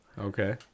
Okay